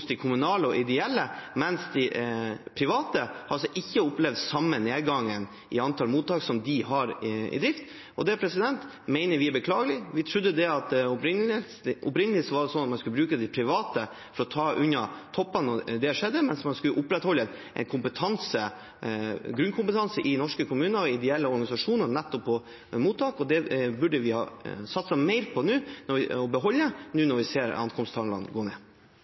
mener vi er beklagelig. Vi trodde at det opprinnelig var sånn at man skulle bruke de private for å ta unna toppene når det skjedde, mens man skulle opprettholde en grunnkompetanse i norske kommuner og ideelle organisasjoner nettopp på mottak. Det burde vi har satset mer på å beholde, nå når vi ser at ankomsttallene gå ned.